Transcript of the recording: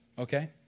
okay